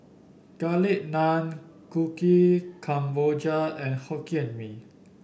Garlic Naan Kuih Kemboja and Hokkien Mee